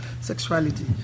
sexuality